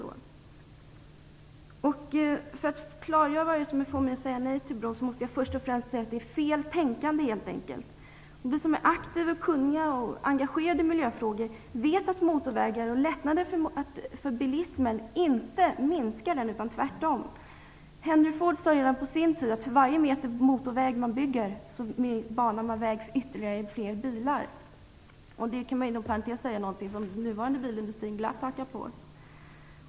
Men för att klargöra vad det är som får mig att säga nej till bron måste jag först och främst säga att anledningen är att det helt enkelt är fel tänkande. Vi som är aktiva, kunniga och engagerade i miljöfrågor vet att motorvägar och lättnader för bilismen inte minskar den, utan tvärtom. Redan Henry Ford på sin tid sade att med varje meter motorväg man bygger banar man väg för ytterligare bilar. Inom parentes sagt är det någonting som dagens bilindustri glatt hakar på.